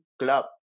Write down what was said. club